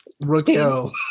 Raquel